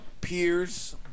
Peers